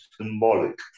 symbolic